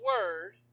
word